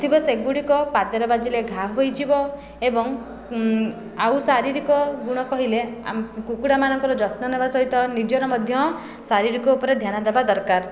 ଥିବ ସେଗୁଡ଼ିକ ପାଦରେ ବାଜିଲେ ଘା ହୋଇଯିବ ଏବଂ ଆଉ ଶାରୀରିକ ଗୁଣ କହିଲେ କୁକୁଡ଼ାମାନଙ୍କର ଯତ୍ନ ନେବା ସହିତ ନିଜର ମଧ୍ୟ ଶାରୀରିକ ଉପରେ ଧ୍ୟାନ ଦେବା ଦରକାର